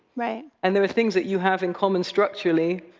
right. and there are things that you have in common structurally,